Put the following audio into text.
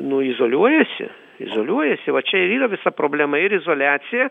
nu izoliuojasi izoliuojasi va čia ir yra visa problema ir izoliacija